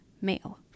male